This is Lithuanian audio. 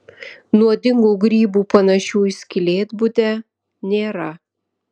nuodingų grybų panašių į skylėtbudę nėra